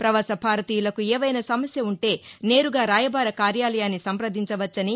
పవాసభారతీయులకు ఏవైనా సమస్య ఉంటే నేరుగా రాయబారకార్యాలయాన్ని సంప్రదించవచ్చని